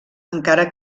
encara